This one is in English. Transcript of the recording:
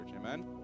Amen